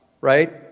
right